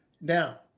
now